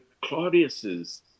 Claudius's